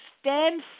Stand